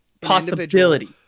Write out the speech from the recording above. possibility